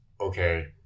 Okay